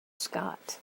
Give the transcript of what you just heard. scott